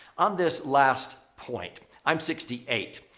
on this last point, i'm sixty eight.